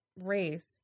race